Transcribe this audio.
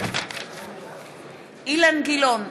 אילן גילאון,